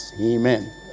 Amen